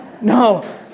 No